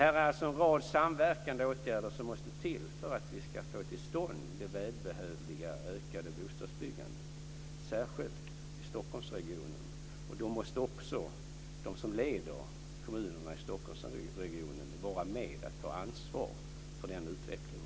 Det är alltså en rad samverkande åtgärder som måste till för att vi ska få till stånd det välbehövliga ökade bostadsbyggandet, särskilt i Stockholmsregionen. Då måste också de som leder kommunerna i Stockholmsregionen vara med och ta ansvar för den utvecklingen.